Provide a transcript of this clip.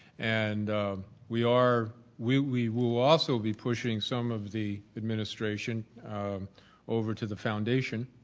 and we are we we will also be pushing some of the administration over to the foundation